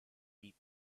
beat